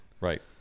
Right